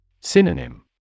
Synonym